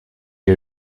est